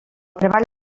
treball